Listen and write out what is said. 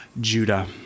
Judah